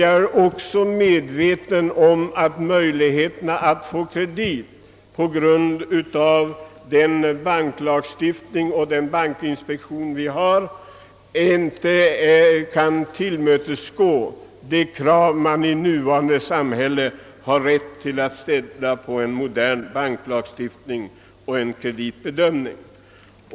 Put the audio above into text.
Jag är också medveten om att den nuvarande banklagen och den praxis som bankinspektionen tillämpar inte motsvarar de krav som man har rätt att ställa på en modern banklagstiftning och kreditbedömning.